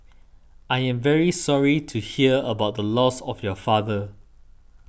I am very sorry to hear about the loss of your father